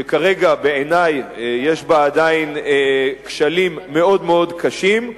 שכרגע בעיני יש בה עדיין כשלים מאוד מאוד קשים.